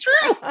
true